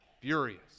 furious